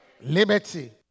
Liberty